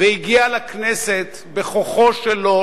והגיע לכנסת בכוחו שלו,